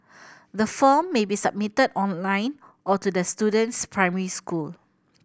the form may be submitted online or to the student's primary school